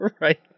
right